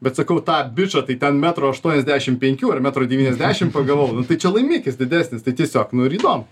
bet sakau tą bičą tai ten metro aštuoniasdešim penkių ar metro devyniasdešim pagalvojau nu tai čia laimikis didesnis tai tiesiog nu ir įdomu